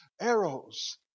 arrows